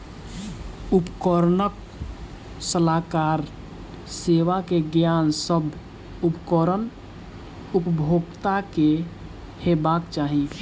उपकरणक सलाहकार सेवा के ज्ञान, सभ उपकरण उपभोगता के हेबाक चाही